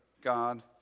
God